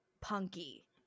punky